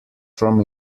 from